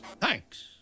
Thanks